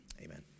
Amen